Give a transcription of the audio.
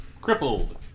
Crippled